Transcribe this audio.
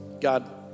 God